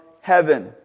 heaven